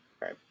Right